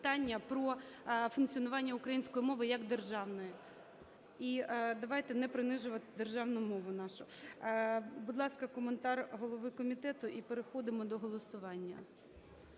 про функціонування української мови як державної. І давайте не принижувати державну мову нашу. Будь ласка, коментар голови комітету, і переходимо до голосування.